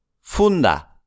Funda